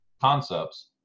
concepts